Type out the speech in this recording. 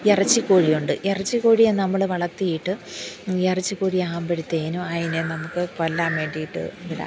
ഇറച്ചിക്കോഴി ഉണ്ട് എറച്ചിക്കോഴി യെ നമ്മൾ വളർത്തിയിട്ട് ഇറച്ചിക്കോഴിയെ ആകുമ്പോഴത്തേനും അതിനെ നമുക്ക് കൊല്ലാൻ വേണ്ടിയിട്ട് ഇല്ല